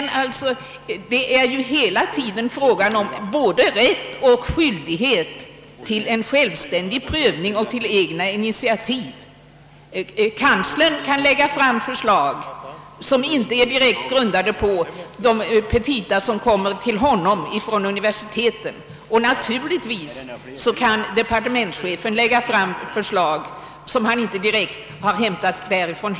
Alla dessa instanser har både rätt och skyldighet till självständig prövning och egna initiativ. Kanslern kan lägga fram egna förslag som inte är direkt grundade på de petita som kommer till honom från universiteten, och naturligtvis kan departementschefen lägga fram förslag som han inte direkt hämtat därifrån.